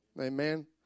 amen